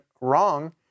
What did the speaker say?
wrong